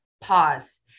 pause